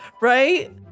Right